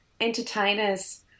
entertainers